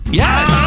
yes